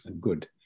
good